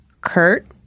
Kurt